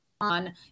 on